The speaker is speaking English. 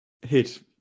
hit